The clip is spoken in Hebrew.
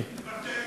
כן.